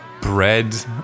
bread